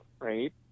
right